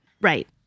Right